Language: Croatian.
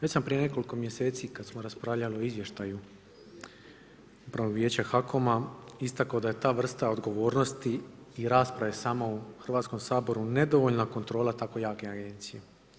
Već sam prije nekoliko mjeseci kad smo raspravljali o izvještaju Upravnog vijeća HAKOM-a istakao da je ta vrsta odgovornosti i rasprave samo u Hrvatskom saboru nedovoljna kontrola tako jake agencije.